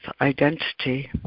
identity